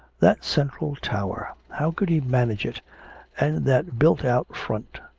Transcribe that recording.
that central tower! how could he manage it and that built-out front?